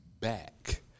back